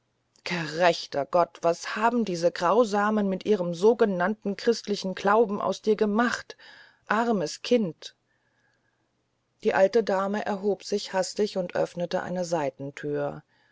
gerechter gott was haben diese grausamen mit ihrem sogenannten christlichen glauben aus dir gemacht armes kind die alte dame erhob sich hastig und öffnete eine seitenthür